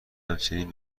همچنین